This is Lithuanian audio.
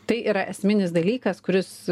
tai yra esminis dalykas kuris